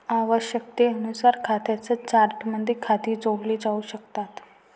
आवश्यकतेनुसार खात्यांच्या चार्टमध्ये खाती जोडली जाऊ शकतात